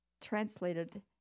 translated